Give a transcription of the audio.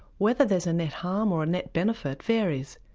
whether there's a net harm or a net benefit varies,